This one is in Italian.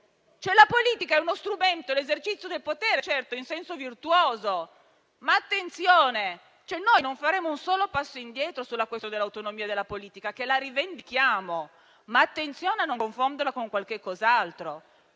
La politica è uno strumento, è l'esercizio del potere in senso virtuoso, ma, attenzione, noi non faremo un solo passo indietro sulla questione dell'autonomia della politica, che rivendichiamo. Attenzione, però, a non confonderla con qualcos'altro,